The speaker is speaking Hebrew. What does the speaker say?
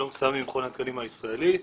אני ממכון התקנים הישראלי.